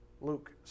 Luke